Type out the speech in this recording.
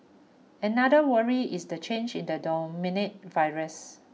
another worry is the change in the dominant virus